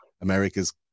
America's